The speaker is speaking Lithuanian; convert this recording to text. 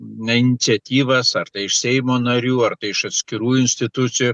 ne iniciatyvas ar tai iš seimo narių ar tai iš atskirų institucijų